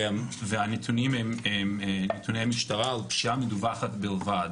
הנתונים הם נתוני משטרה, פשיעה מדווחת בלבד.